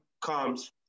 comes